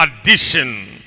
addition